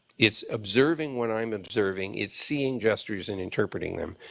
it's observing what i'm observing. it's seeing gestures and interpreting them.